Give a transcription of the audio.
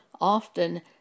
Often